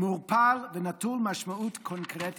מעורפל ונטול משמעות קונקרטית.